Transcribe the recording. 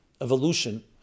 evolution